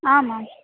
आम् आम्